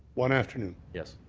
one afternoon? yes.